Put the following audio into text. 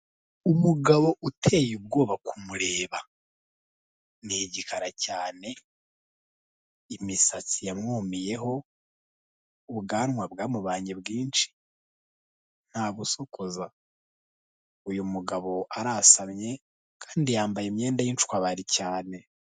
Umugabo uteye ubwoba kumureba, ni igikara cyane, imisatsi yamwumiyeho, ubwanwa bwamubanye bwinshi, ntabusokoza, uyu mugabo arasamye kandi yambaye imyenda y'incwabari cyane.